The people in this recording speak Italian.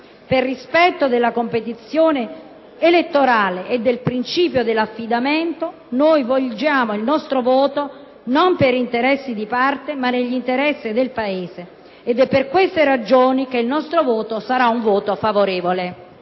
Per rispetto della competizione elettorale e del principio dell'affidamento, noi volgiamo il nostro voto non per interessi di parte, ma nell'interesse del Paese ed è per queste ragioni che esso sarà favorevole.